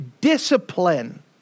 discipline